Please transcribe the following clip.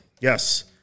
Yes